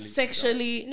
sexually